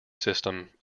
system